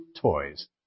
toys